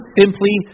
simply